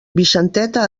vicenteta